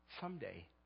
Someday